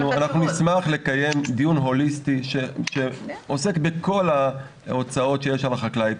נשמח לקיים דיון הוליסטי שעוסק בכל ההוצאות שיש על החקלאי,